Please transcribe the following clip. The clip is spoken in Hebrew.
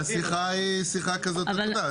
השיחה היא שיחה כזאת את יודעת,